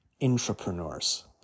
intrapreneurs